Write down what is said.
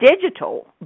Digital